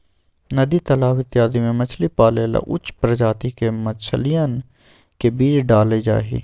नदी तालाब इत्यादि में मछली पाले ला उच्च प्रजाति के मछलियन के बीज डाल्ल जाहई